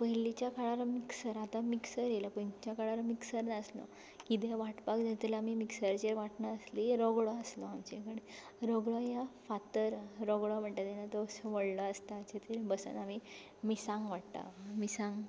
पयलींच्या काळार मिक्सर आतां मिक्सर आयला पयलींच्या काळार मिक्सर नासलो कितेंय वांटपाक जाय जाल्यार आमी मिक्सरार वांटनासली रगडो आसलो आमचे कडेन रगडो या फातर रगडो म्हणटाली नातर व्हडलो आसता जाचेर बसून आमी मिर्सांग वांट्टा मिर्सांग